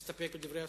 מסתפק בדברי השר?